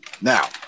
Now